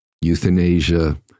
euthanasia